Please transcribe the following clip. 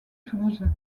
toulouse